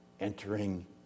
Entering